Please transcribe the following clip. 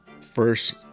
first